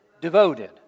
Devoted